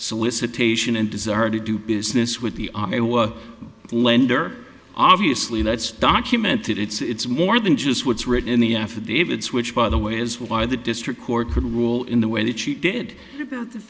solicitation and desire to do business with the lender obviously that's documented it's more than just what's written in the affidavit switch by the way is why the district court could rule in the way that she did th